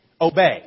obey